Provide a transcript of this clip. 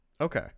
Okay